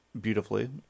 beautifully